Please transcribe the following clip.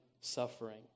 suffering